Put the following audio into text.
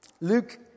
Luke